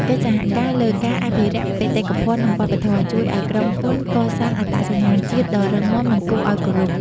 កិច្ចសហការលើការអភិរក្សបេតិកភណ្ឌ និងវប្បធម៌ ជួយឱ្យក្រុមហ៊ុនកសាងអត្តសញ្ញាណជាតិដ៏រឹងមាំ និងគួរឱ្យគោរព។